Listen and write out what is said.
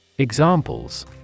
Examples